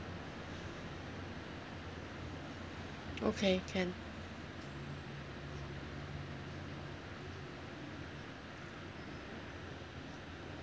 okay can